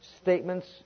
statements